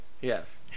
yes